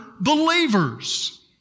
believers